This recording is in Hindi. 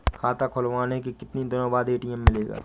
खाता खुलवाने के कितनी दिनो बाद ए.टी.एम मिलेगा?